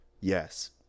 yes